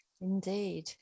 Indeed